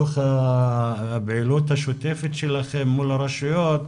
מהפעילות השוטפת שלכם מול הרשויות,